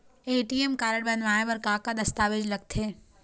ATM card बनवाए बर का का दस्तावेज लगथे?